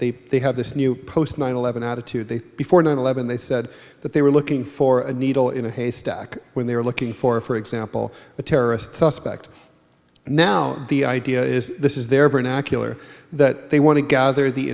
they they have this new post nine eleven attitude they before nine eleven they said that they were looking for a needle in a haystack when they were looking for for example a terrorist suspect now the idea is this is their vernacular that they want to gather the